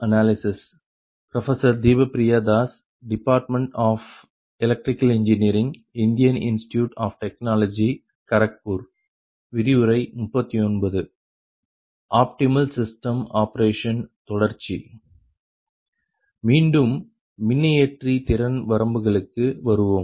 மீண்டும் மின்னியற்றி திறன் வரம்புகளுக்கு வருவோம்